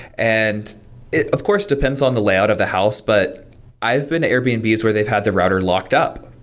and it of course depends on the layout of the house, but i've been at airbnbs where they've had the router locked up,